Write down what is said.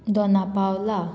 Dona Paula